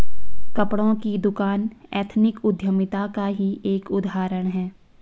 कपड़ों की दुकान एथनिक उद्यमिता का ही एक उदाहरण है